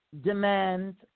demand